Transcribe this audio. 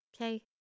okay